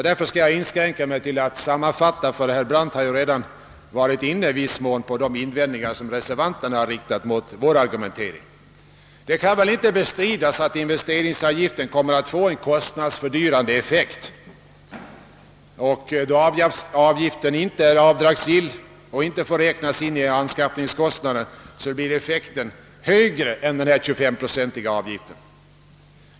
Därför skall jag inskränka mig till att sammanfatta; herr Brandt har ju redan varit inne på de invändningar som reservanterna har riktat mot vår argumentering. Det kan väl knappast bestridas att investeringsavgiften kommer att få en kostnadshöjande effekt. Då avgiften inte är avdragsgill och inte får räknas in i anskaffningskostnaden vid beräkning av värdeminskningsavdrag, blir effekten i realiteten högre än den 25 procentiga avgiften.